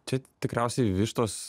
čia tikriausiai vištos